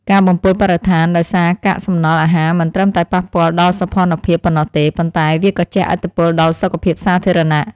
ការបំពុលបរិស្ថានដោយសារកាកសំណល់អាហារមិនត្រឹមតែប៉ះពាល់ដល់សោភ័ណភាពប៉ុណ្ណោះទេ ប៉ុន្តែវាក៏ជះឥទ្ធិពលដល់សុខភាពសាធារណៈ។